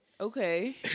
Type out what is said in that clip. Okay